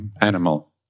animal